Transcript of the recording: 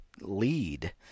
lead